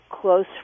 close